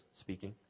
speaking